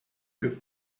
que